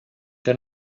que